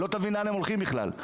לא תבין לאן הם הולכים בכלל,